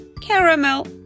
caramel